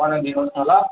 बनाइदिनुहोस् न ल